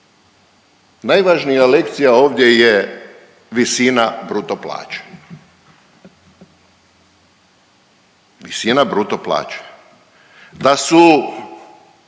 Najvažnija lekcija ovdje je visina bruto plaće, visina bruto plaće. Da su